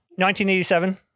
1987